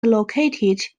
located